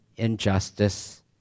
injustice